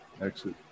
exit